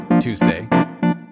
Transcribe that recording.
Tuesday